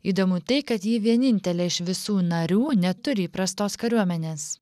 įdomu tai kad ji vienintelė iš visų narių neturi įprastos kariuomenės